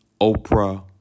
Oprah